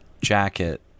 jacket